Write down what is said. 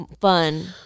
fun